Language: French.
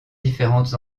différentes